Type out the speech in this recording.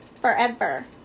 Forever